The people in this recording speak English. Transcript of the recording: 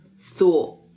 thought